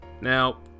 Now